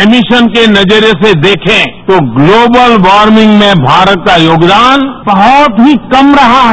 emission के नजरिए से देखें तो ग्लोबल वार्मिंग में भारत का योगदान बहुत ही कम रहा है